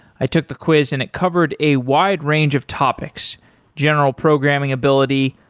i took the quiz and it covered a wide range of topics general programming ability,